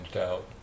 out